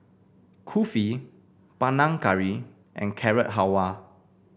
Kulfi Panang Curry and Carrot Halwa